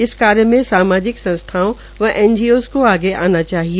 इस कार्य में सामाजिक संस्थाओं व एनजीओ को आगे आना चाहिए